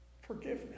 Forgiveness